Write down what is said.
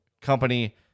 Company